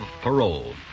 parole